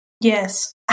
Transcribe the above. Yes